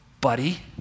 buddy